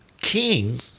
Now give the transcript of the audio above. king